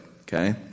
Okay